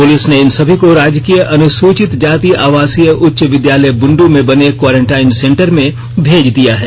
police ने इन सभी को राजकीय अनुसूचित जाति आवासीय उच्च विद्यालय बुंडू में बने क्वारीन्टीन सेंटर में भेज दिया है